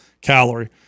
calorie